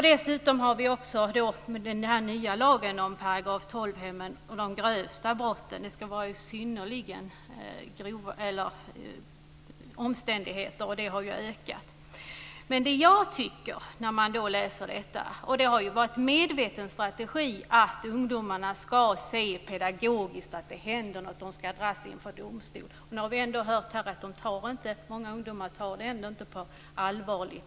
Dessutom har vi den nya lagen om § 12-hemmen och de grövsta brotten. Det handlar då om synnerligen allvarliga omständigheter. Och detta har ökat. Det har varit en medveten strategi att ungdomarna ska se pedagogiskt att det händer någonting, och de ska dras inför domstol. Och nu har vi ändå hört här att många ungdomar ändå inte tar detta på allvar.